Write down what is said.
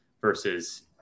versus